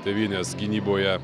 tėvynės gynyboje